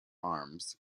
arms